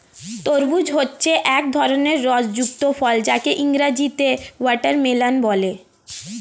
তরমুজ হচ্ছে এক ধরনের রস যুক্ত ফল যাকে ইংরেজিতে ওয়াটারমেলান বলে